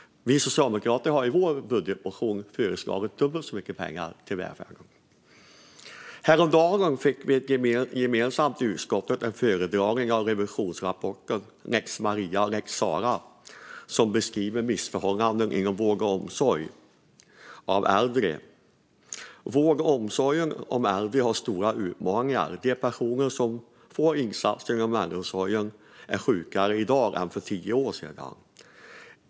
Vi socialdemokrater har i vår budgetmotion föreslagit dubbelt så mycket pengar till välfärden. Häromdagen fick vi gemensamt i utskottet en föredragning av Riksrevisionens rapport om lex Sarah och lex Maria, som beskriver missförhållanden inom vård av och omsorg om äldre. Vården av och omsorgen om äldre har stora utmaningar. De personer som får insatser inom äldreomsorgen är sjukare i dag än för tio år sedan.